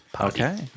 Okay